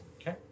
Okay